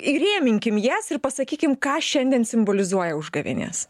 įrėminkim jas ir pasakykim ką šiandien simbolizuoja užgavėnės